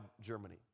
Germany